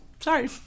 sorry